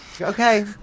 Okay